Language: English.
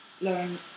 learn